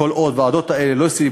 כל עוד הוועדות האלה לא סיימו,